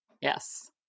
Yes